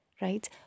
right